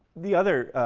the other